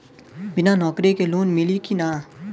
बिना नौकरी के लोन मिली कि ना?